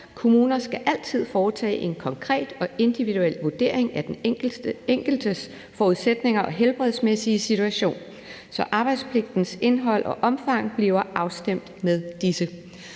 Kommuner skal altid foretage en konkret og individuel vurdering af den enkeltes forudsætninger og helbredsmæssige situation, så arbejdspligtens indhold og omfang bliver afstemt med disse.